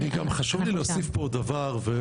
אני גם חשוב לי להוסיף פה עוד דבר ואני